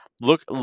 look